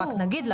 רק נגיד,